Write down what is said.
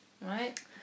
Right